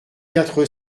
quatre